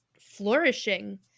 flourishing